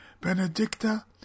Benedicta